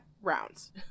Rounds